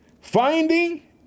Finding